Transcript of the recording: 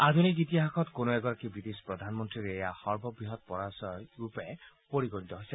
আধুনিক ইতিহাসত কোনো এগৰাকী ৱিটিছ প্ৰধানমন্তীৰ এয়া সৰ্ববহৎ পৰিচয় ৰূপে পৰিগণিত হৈছে